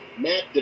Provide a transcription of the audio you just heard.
Matt